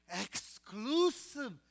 exclusive